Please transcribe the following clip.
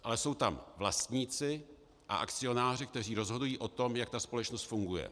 Ale jsou tam vlastníci a akcionáři, kteří rozhodují o tom, jak ta společnost funguje.